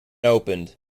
opened